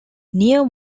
near